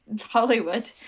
Hollywood